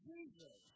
Jesus